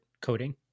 coding